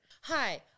Hi